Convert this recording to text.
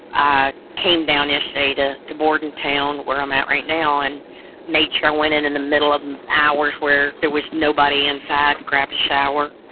came down yesterday to to bordentown where i'm at right now and made sure i went in in the middle of hours where there was nobody inside, grabbed a shower.